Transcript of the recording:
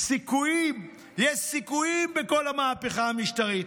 יש סיכויים בכל המהפכה המשטרית.